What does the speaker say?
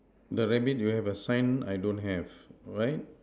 the rabbit do you have a sign I don't have right